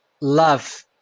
love